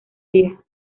día